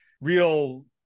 real